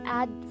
add